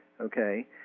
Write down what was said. okay